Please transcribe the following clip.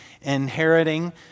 inheriting